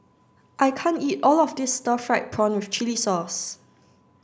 I can't eat all of this stir fried prawn with chili sauce